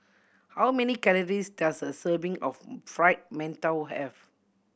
how many calories does a serving of Fried Mantou have